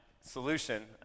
solution